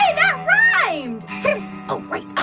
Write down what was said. and rhymed oh, wait